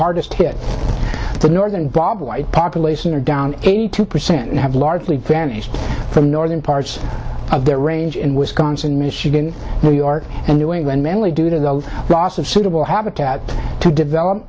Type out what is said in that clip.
hardest hit the northern bob white population are down eighty two percent have largely vanished from northern parts of their range in wisconsin michigan new york and new england mainly due to the loss of suitable habitat to develop